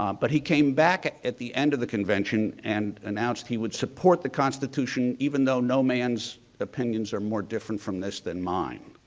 um but he came back at the end of the convention and announced he would support the constitution even though no man's opinions are more different from this than mine.